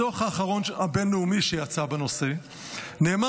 בדוח הבין-לאומי האחרון שיצא בנושא נאמר